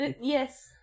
Yes